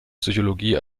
psychologie